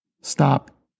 stop